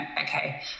okay